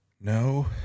no